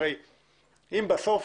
אם בסוף